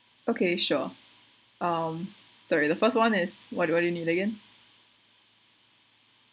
okay sure um sorry the first one is what do what do you need again